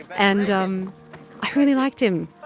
and um i really liked him.